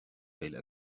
mhíle